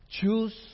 Choose